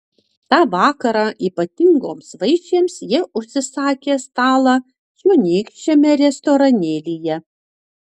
tą vakarą ypatingoms vaišėms jie užsakė stalą čionykščiame restoranėlyje